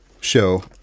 show